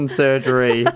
surgery